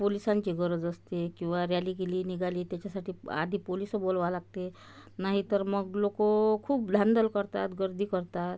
पोलिसांची गरज असते किंवा रॅली गेली निघाली त्याच्यासाठी आधी पोलिस बोलवायला लागते नाही तर मग लोक खूप धांदल करतात गर्दी करतात